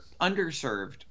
underserved